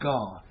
God